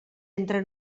entre